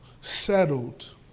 settled